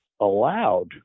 allowed